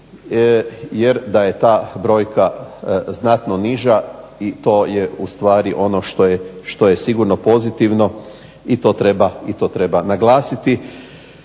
jer da je brojka znatno niža i to je ustvari ono što je sigurno pozitivno i to treba naglasiti.